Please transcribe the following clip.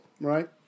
Right